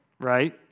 right